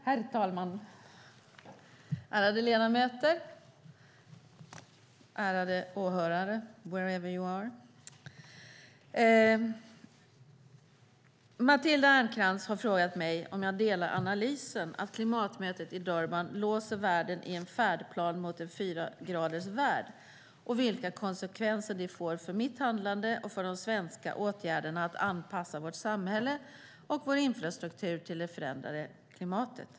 Herr talman! Ärade ledamöter! Ärade åhörare! Matilda Ernkrans har frågat mig om jag delar analysen att klimatmötet i Durban låser världen i en färdplan mot en fyragradersvärld och vilka konsekvenser det får för mitt handlande och för de svenska åtgärderna att anpassa vårt samhälle och vår infrastruktur till det förändrade klimatet.